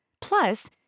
Plus